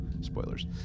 Spoilers